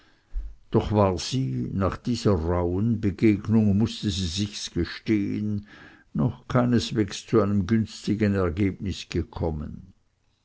doch war sie nach dieser rauhen begegnung mußte sie sich's gestehen noch keineswegs zu einem günstigen ergebnis gekommen